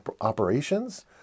operations